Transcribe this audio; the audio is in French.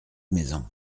maisons